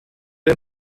den